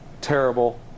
terrible